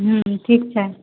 हूँ ठीक छै